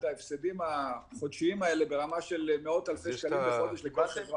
ההפסדים החודשיים האלה ברמה של מאות אלפי שקלים לכל חברה.